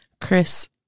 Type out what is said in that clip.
Chris